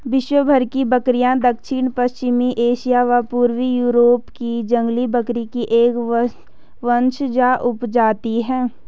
विश्वभर की बकरियाँ दक्षिण पश्चिमी एशिया व पूर्वी यूरोप की जंगली बकरी की एक वंशज उपजाति है